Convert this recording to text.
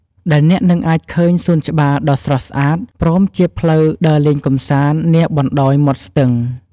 ដែលអ្នកនឹងអាចឃើញសួនច្បារដ៏ស្រស់ស្អាត ព្រមជាផ្លូវដើរលេងកម្សាន្តនាបណ្តោយមាត់ស្ទឹង។